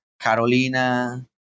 Carolina